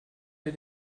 wir